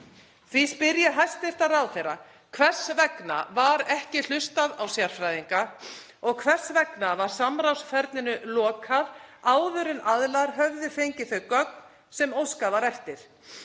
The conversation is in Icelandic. Því spyr ég hæstv. ráðherra: Hvers vegna var ekki hlustað á sérfræðinga og hvers vegna var samráðsferlinu lokað áður en aðilar höfðu fengið þau gögn sem óskað var eftir?